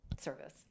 Service